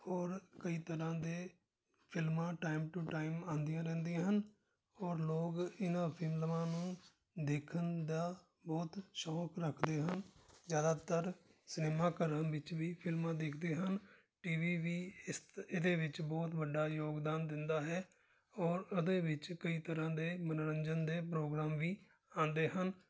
ਔਰ ਕਈ ਤਰ੍ਹਾਂ ਦੇ ਫਿਲਮਾਂ ਟਾਈਮ ਟੂ ਟਾਈਮ ਆਉਂਦੀਆਂ ਰਹਿੰਦੀਆਂ ਹਨ ਔਰ ਲੋਕ ਇਹਨਾਂ ਫਿਲਮਾਂ ਨੂੰ ਦੇਖਣ ਦਾ ਬਹੁਤ ਸ਼ੌਕ ਰੱਖਦੇ ਹਨ ਜ਼ਿਆਦਾਤਰ ਸਿਨੇਮਾ ਘਰਾਂ ਵਿੱਚ ਵੀ ਫਿਲਮਾਂ ਦੇਖਦੇ ਹਨ ਟੀ ਵੀ ਵੀ ਇਸ ਇਹਦੇ ਵਿੱਚ ਬਹੁਤ ਵੱਡਾ ਯੋਗਦਾਨ ਦਿੰਦਾ ਹੈ ਔਰ ਉਹਦੇ ਵਿੱਚ ਕਈ ਤਰ੍ਹਾਂ ਦੇ ਮਨੋਰੰਜਨ ਦੇ ਪ੍ਰੋਗਰਾਮ ਵੀ ਆਉਂਦੇ ਹਨ